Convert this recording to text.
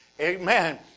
Amen